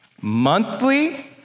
monthly